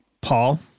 Paul